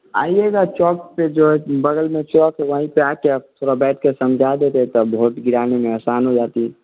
आइएगा चौक पर जो है बगल में चौक है वहीं पर आ कर आप थोड़ा बैठ कर समझा देते तब भोट गिराने में आसान हो जाती